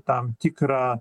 tam tikrą